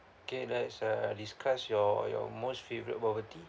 okay let's uh discuss your your most favourite bubble tea